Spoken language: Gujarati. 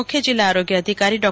મુખ્ય જિલ્લા આરોગ્ય અધિકારી ડો